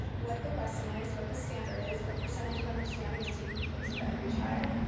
what the lesson is, what the standard is, what percentage of understanding is taking place for every child.